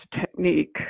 technique